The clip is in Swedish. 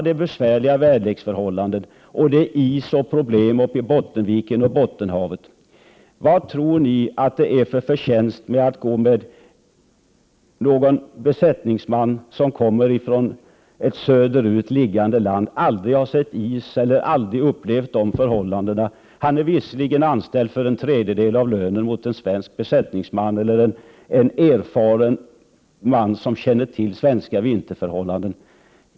Det är besvärliga väderleksförhållanden, och det finns is och problem därmed uppe i Bottenviken och i Bottenhavet. Vad tror ni att det skulle vara för förtjänst med att gå med någon besättningsman som kommer från ett söderut liggande land som aldrig har sett is och aldrig upplevt våra förhållanden? Han är visserligen anställd för en tredjedel av den lön som en svensk besättningsman eller en erfaren man som känner till svenska vinterförhållanden har.